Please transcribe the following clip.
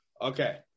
Okay